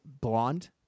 blonde